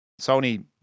Sony